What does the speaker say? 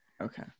Okay